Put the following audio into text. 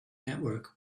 network